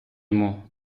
йому